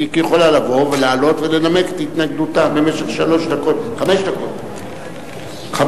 היא יכולה לבוא ולעלות ולנמק את התנגדותה במשך חמש דקות תמימות.